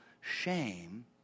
shame